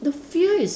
the fear is